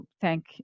thank